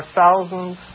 thousands